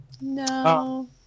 No